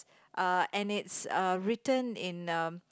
uh and it's uh written in um